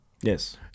Yes